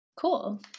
Cool